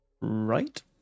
right